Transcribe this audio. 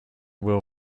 will